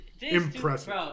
Impressive